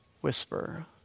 whisper